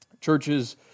churches